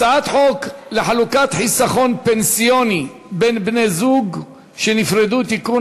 הצעת חוק לחלוקת חיסכון פנסיוני בין בני-זוג שנפרדו (תיקון,